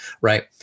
right